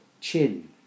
chin